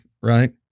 right